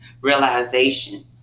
realization